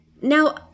Now